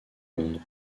londres